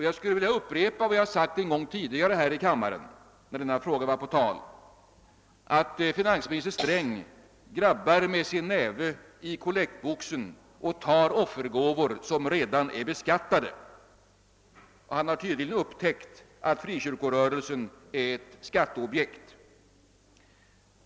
Jag skulle vilja upprepa vad jag har sagt en gång tidigare i denna kammare när denna fråga var på tal, att finansminister Sträng grabbar med sin näve i kollektboxen och tar offergåvor som redan är beskattade. Han har tydligen upptäckt att frikyrkorörelsen är ett skatteobjekt.